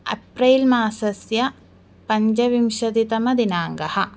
April मासस्य पञ्चविंशतितमदिनाङ्कः